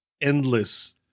endless